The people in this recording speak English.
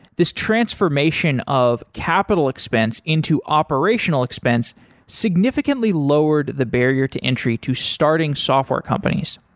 this transformation of capital expense into operational expense significantly lowered the barrier to entry to starting software companies.